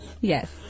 yes